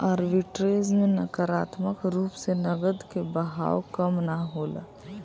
arbitrage में नकारात्मक रूप से नकद के बहाव कम ना होला